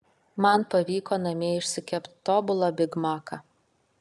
man pavyko namie išsikept tobulą bigmaką